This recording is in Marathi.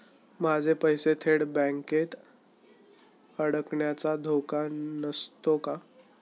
माझे पैसे थेट बँकेत अडकण्याचा धोका नसतो का?